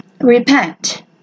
Repent